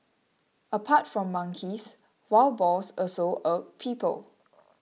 apart from monkeys wild boars also irk people